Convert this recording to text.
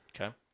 Okay